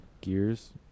Gears